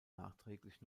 nachträglich